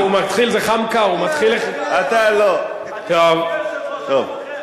לא, לא צפוי כזה